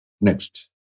Next